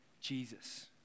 Jesus